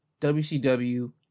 WCW